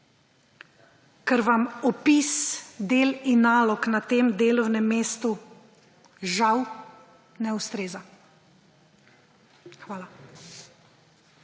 ker vam opis del in nalog na tem delovnem mestu, žal, ne ustreza. Hvala.